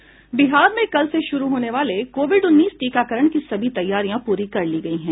बिहार में कल से शुरू होने वाले कोविड उन्नीस टीकाकरण की सभी तैयारियां पूरी कर ली गई हैं